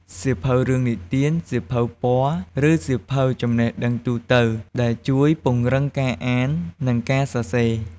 សៀវភៅរឿងនិទាន សៀវភៅពណ៌ ឬសៀវភៅចំណេះដឹងទូទៅ ដែលជួយពង្រឹងការអាន និងការសរសេរ។